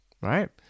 right